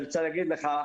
אני רוצה להגיד לך,